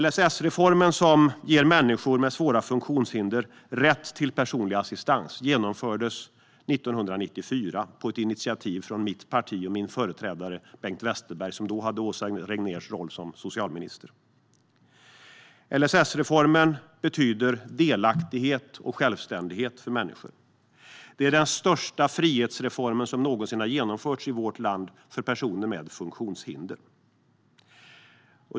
LSS-reformen, som ger människor med svåra funktionshinder rätt till personlig assistans, genomfördes 1994 på initiativ av mitt parti och min företrädare Bengt Westerberg, som då hade Åsa Regnérs roll som socialminister. LSS-reformen betyder delaktighet och självständighet för människor. Det är den största frihetsreform som någonsin har genomförts i vårt land för personer med funktionshinder.